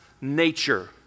nature